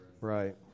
Right